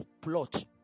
plot